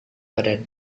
pada